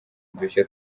udushya